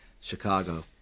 Chicago